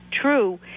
true